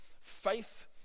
Faith